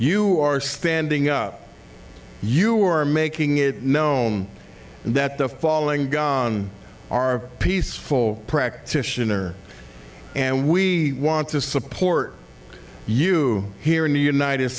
you are standing up you are making it known that the following gone are peaceful practitioner and we want to support you here in the united